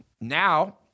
Now